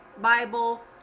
bible